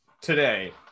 today